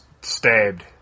stabbed